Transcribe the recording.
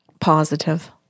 positive